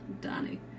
Danny